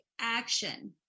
action